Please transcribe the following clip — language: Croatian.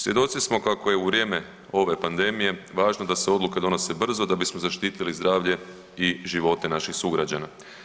Svjedoci smo kako je u vrijeme ove pandemije važno da se odluke donose brzo da bismo zaštitili zdravlje i živote naših sugrađana.